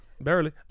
Barely